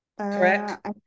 Correct